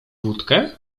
wódkę